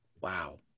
Wow